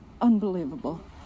unbelievable